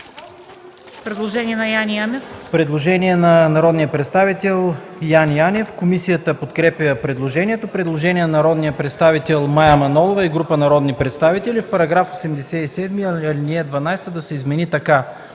предложение на Яне Янев